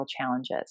challenges